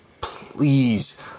please